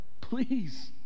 please